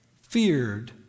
feared